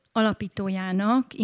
alapítójának